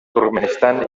turkmenistan